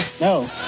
No